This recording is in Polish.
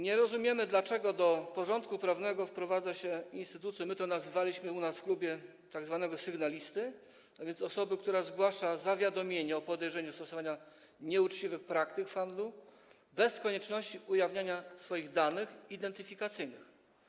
Nie rozumiemy, dlaczego do porządku prawnego wprowadza się instytucję, tak to nazywaliśmy u nas w klubie, tzw. sygnalisty, a więc osoby, która zgłasza zawiadomienie o podejrzeniu stosowania nieuczciwych praktyk w handlu bez konieczności ujawniania swoich danych identyfikacyjnych.